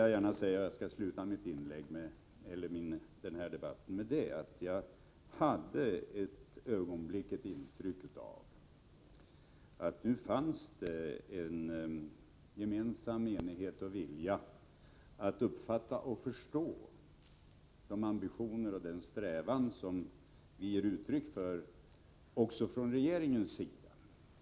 Jag skall avsluta den här debatten med att säga att jag ett ögonblick hade intryck av att det fanns en gemensam enighet och vilja att uppfatta och förstå de ambitioner och den strävan som vi ger uttryck för från regeringens sida.